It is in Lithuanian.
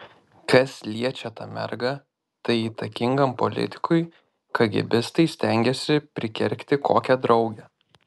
kas liečia tą mergą tai įtakingam politikui kagėbistai stengiasi prikergti kokią draugę